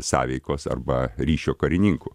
sąveikos arba ryšio karininku